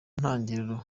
ntangiriro